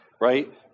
Right